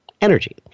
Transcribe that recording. energy